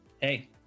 Hey